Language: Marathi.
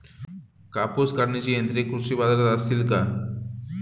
कापूस काढण्याची यंत्रे कृषी बाजारात असतील का?